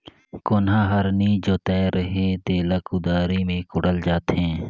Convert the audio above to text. कोनहा हर नी जोताए रहें तेला कुदारी मे कोड़ल जाथे